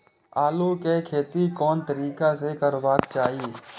आलु के खेती कोन तरीका से करबाक चाही?